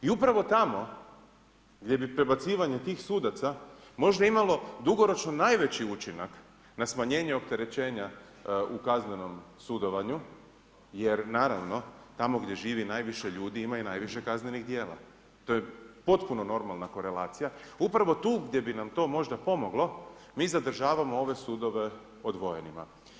I upravo tamo gdje bi prebacivanje tih sudaca možda imalo dugoročno najveći učinak na smanjenje opterećenja u kaznenom sudovanju jer naravno tamo gdje živi najviše ljudi ima i najviše kaznenih djela, to je potpuno normalna korelacija, upravo tu gdje bi nam to možda pomoglo mi zadržavamo ove sudove odvojenima.